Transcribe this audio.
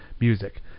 music